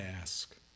ask